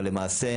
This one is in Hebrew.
אבל למעשה,